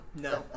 No